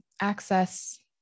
access